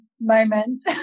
moment